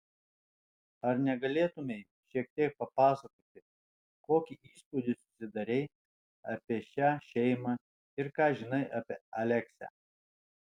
ar negalėtumei šiek tiek papasakoti kokį įspūdį susidarei apie šią šeimą ir ką žinai apie aleksę